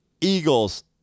Eagles